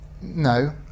No